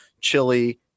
chili